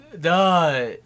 Duh